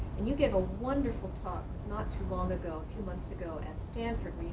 and you gave a wonderful talk not too long ago, few months ago at stanford,